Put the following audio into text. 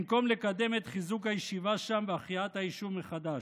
במקום לקדם את חיזוק הישיבה שם והחייאת היישוב מחדש.